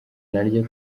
naryo